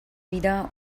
wieder